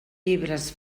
llibres